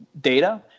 data